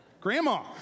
Grandma